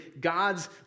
God's